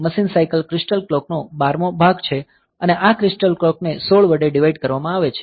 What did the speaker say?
machine cycle crystal clock નો બારમો ભાગ છે અને આ ક્રિસ્ટલ ક્લોક ને 16 વડે ડીવાઈડ કરવામાં આવે છે